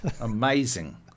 amazing